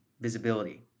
visibility